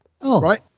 right